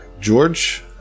George